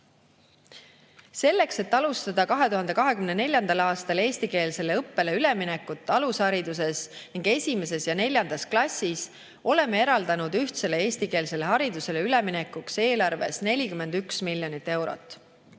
Selleks, et alustada 2024. aastal eestikeelsele õppele üleminekut alushariduses ning esimeses ja neljandas klassis, oleme eelarves eraldanud ühtsele eestikeelsele haridusele üleminekuks 41 miljonit eurot.